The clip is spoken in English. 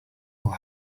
will